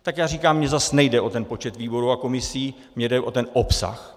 Tak já říkám, mně zase nejde o počet výborů a komisí, mně jde o ten obsah.